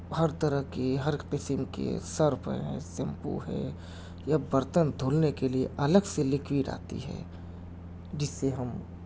ہر طرح کے ہر قسم کے صرف ہیں شیمپو ہے یا برتن دھلنے کے لئے الگ سے لکوڈ آتی ہے جس سے ہم